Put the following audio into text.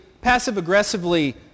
passive-aggressively